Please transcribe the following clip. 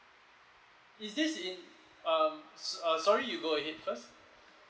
is this in um uh sorry you go ahead first